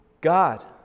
God